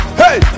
hey